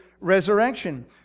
resurrection